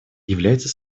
является